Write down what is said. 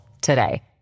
today